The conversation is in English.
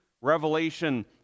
revelation